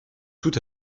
tout